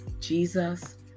Jesus